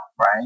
right